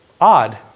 odd